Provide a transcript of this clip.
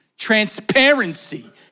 transparency